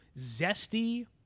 zesty